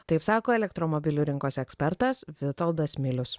taip sako elektromobilių rinkos ekspertas vitoldas milius